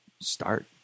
Start